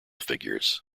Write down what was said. figures